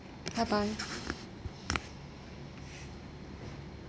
bye bye